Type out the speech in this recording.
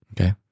Okay